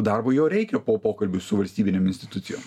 darbo jo reikia po pokalbių su valstybinėm institucijom